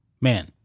Man